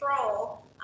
control